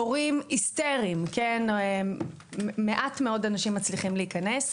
תורים היסטריים מעט מאוד אנשים מצליחים להיכנס,